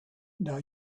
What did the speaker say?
now